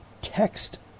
text